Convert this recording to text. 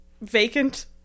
vacant